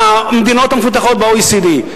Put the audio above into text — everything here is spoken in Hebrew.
במדינות המפותחות ב-OECD.